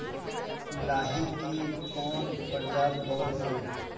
लाही की कवन प्रजाति बोअल जाई?